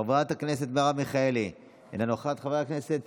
חברת הכנסת מרב מיכאלי, אינה נוכחת, חבר הכנסת